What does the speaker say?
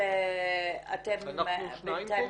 אנחנו שניים פה?